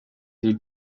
they